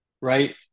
right